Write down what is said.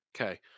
Okay